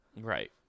Right